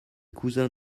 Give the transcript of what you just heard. cousins